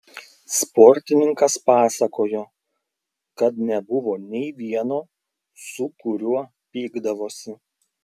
sportininkas pasakojo kad nebuvo nei vieno su kuriuo pykdavosi